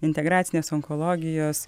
integracinės onkologijos